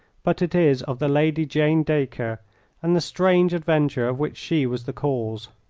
but it is of the lady jane dacre and the strange adventure of which she was the cause.